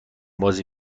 بازی